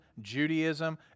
Judaism